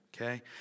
Okay